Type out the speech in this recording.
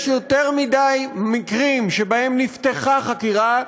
יש יותר מדי מקרים שבהם נפתחה חקירה,